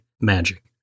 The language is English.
magic